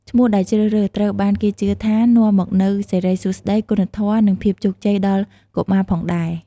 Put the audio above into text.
ឈ្មោះដែលជ្រើសរើស ត្រូវបានគេជឿថា នាំមកនូវសិរីសួស្តី គុណធម៌ និងភាពជោគជ័យដល់កុមារផងដែរ។